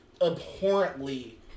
abhorrently